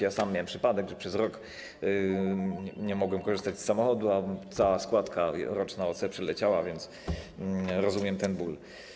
Ja sam miałem przypadek, że przez rok nie mogłem korzystać z samochodu, a cała składka roczna OC przeleciała, a więc rozumiem ten ból.